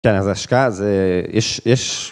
כן, אז אשכח את זה, איש, איש.